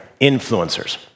influencers